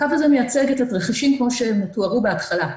הקו הזה מייצג את התרחישים כמו שהם תוארו בהתחלה.